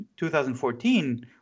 2014